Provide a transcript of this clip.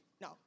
No